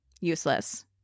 useless